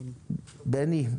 ודמני,